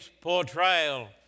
portrayal